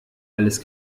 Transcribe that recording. alles